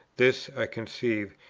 this, i conceive,